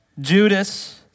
Judas